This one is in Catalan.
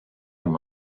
amb